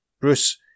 Bruce